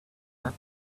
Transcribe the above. that